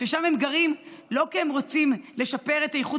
ששם הם גרים לא כי הם רוצים לשפר את איכות